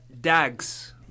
dags